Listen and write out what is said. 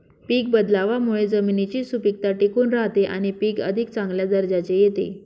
पीक बदलावामुळे जमिनीची सुपीकता टिकून राहते आणि पीक अधिक चांगल्या दर्जाचे येते